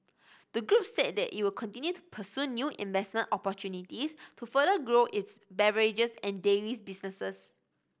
the group said that it will continue to pursue new investment opportunities to further grow its beverages and dairies businesses